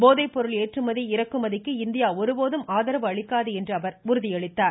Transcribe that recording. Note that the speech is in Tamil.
போதைப்பொருள் ஏற்றுமதி இறக்குமதிக்கு இந்தியா ஒருபோதும் அளிக்காது என்று அவர் உறுதியளித்தார்